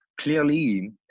Clearly